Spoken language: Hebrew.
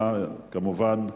כמובן,